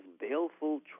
baleful